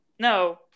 No